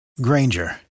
Granger